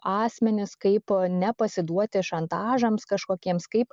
asmenis kaip nepasiduoti šantažams kažkokiems kaip